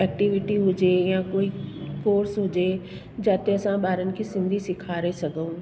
activity हुजे या कोई कोर्स हुजे जाते असां ॿारनि हीअ सिंधी सेखारे सघूं